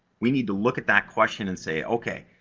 we need to look at that question and say, okay,